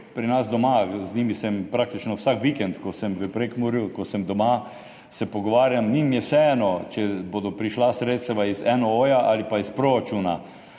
pri nas doma, z njimi sem praktično vsak vikend, ko sem v Prekmurju, ko sem doma, se z njimi pogovarjam. Njim je vseeno, če bodo prišla sredstva iz NOO ali iz proračuna